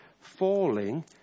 falling